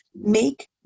Make